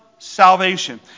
salvation